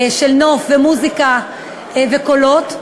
של נוף, ומוזיקה וקולות.